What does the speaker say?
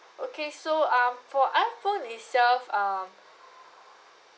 okay so um for iphone itself um